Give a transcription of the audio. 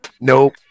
nope